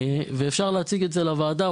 ואפשר להציג את זה לוועדה,